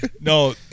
No